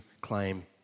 claim